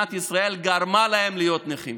מדינת ישראל גרמה להם להיות נכים